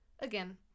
Again